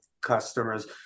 customers